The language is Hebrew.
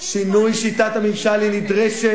שינוי שיטת הממשלה, נדרש.